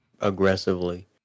Aggressively